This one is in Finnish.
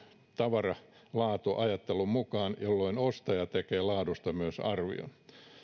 tavara laatu ajattelun mukaan jolloin ostaja tekee laadusta myös arvion